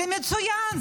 זה מצוין,